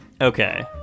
Okay